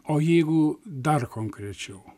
o jeigu dar konkrečiau